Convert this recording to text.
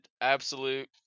absolute